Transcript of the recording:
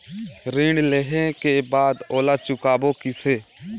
ऋण लेहें के बाद ओला चुकाबो किसे?